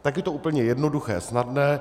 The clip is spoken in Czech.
Tak je to úplně jednoduché a snadné.